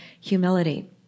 humility